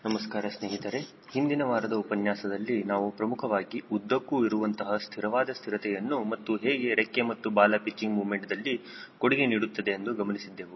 ನಮಸ್ಕಾರ ಸ್ನೇಹಿತರೆ ಹಿಂದಿನ ವಾರದ ಉಪನ್ಯಾಸದಲ್ಲಿ ನಾವು ಪ್ರಮುಖವಾಗಿ ಉದ್ದಕ್ಕೂ ಇರುವಂತಹ ಸ್ಥಿರವಾದ ಸ್ಥಿರತೆಯನ್ನು ಮತ್ತು ಹೇಗೆ ರೆಕ್ಕೆ ಮತ್ತು ಬಾಲ ಪಿಚ್ಚಿಂಗ್ ಮೊಮೆಂಟ್ದಲ್ಲಿ ಕೊಡುಗೆ ನೀಡುತ್ತದೆ ಎಂದು ಗಮನಿಸಿದ್ದೆವು